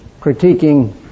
critiquing